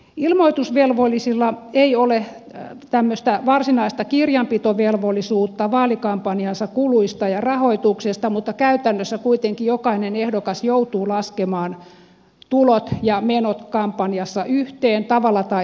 ilmoitusvelvollisilla ei ole tämmöistä varsinaista kirjanpitovelvollisuutta vaalikampanjansa kuluista ja rahoituksesta mutta käytännössä kuitenkin jokainen ehdokas joutuu laskemaan tulot ja menot kampanjassa yhteen tavalla tai toisella